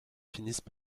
finissent